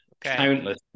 countless